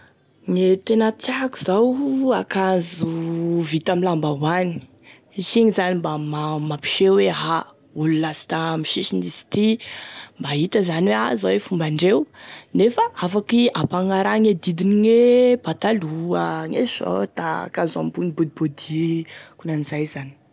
Gne tena tiako zao, ankazo vita amin'ny lambahoany, satria igny zany mba mampiseho hoe a olo lasta amigny sisiny izy ty, mba hita zany hoe a izao e fombandreo, nefa afaky hampagnarahagne didin'e pataloha, gne sôrta, ankazo ambony, body body, akonan'izay zany